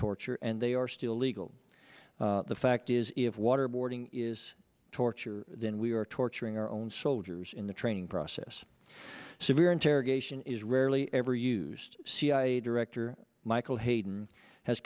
torture and they are still legal the fact is if waterboarding is torture then we are torturing our own soldiers in the training process so we're interrogation is rarely ever used cia director michael hayden has